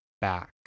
back